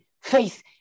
faith